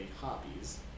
hobbies